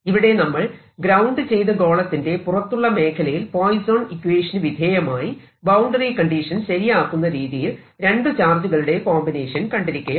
ഇവിടെ നമ്മൾ ഗ്രൌണ്ട് ചെയ്ത ഗോളത്തിന്റെ പുറത്തുള്ള മേഖലയിൽ പൊയിസോൻ ഇക്വേഷനു വിധേയമായി ബൌണ്ടറി കണ്ടീഷൻ ശരിയാകുന്ന രീതിയിൽ രണ്ടു ചാർജുകളുടെ കോമ്പിനേഷൻ കണ്ടിരിക്കയാണ്